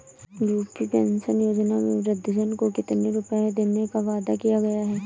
UP pension योजना में वृद्धजन को कितनी रूपये देने का वादा किया गया है?